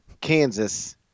Kansas